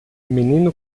menino